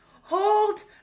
Hold